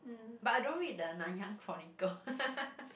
but I don't read the Nanyang Chronicle